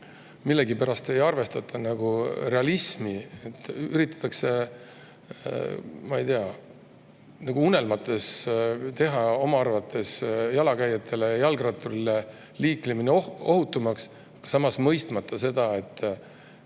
millegipärast ei arvestata realismi, üritatakse, ma ei tea, nagu unelmates teha oma arvates jalakäijatele ja jalgratturite liiklemine ohutumaks, samas mõistmata seda, et